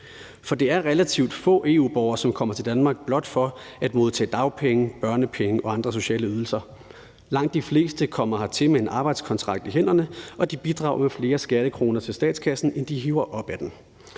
For det er relativt få EU-borgere, der kommer til Danmark blot for at modtage dagpenge, børnepenge og andre sociale ydelser. Langt de fleste kommer hertil med en arbejdskontrakt i hænderne, og de bidrager med flere skattekroner til statskassen, end de hiver op af den.